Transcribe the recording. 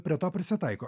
prie to prisitaiko